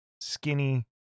skinny